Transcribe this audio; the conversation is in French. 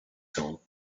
cents